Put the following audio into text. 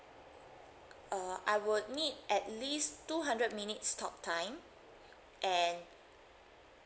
uh I would need at least two hundred minutes talk time and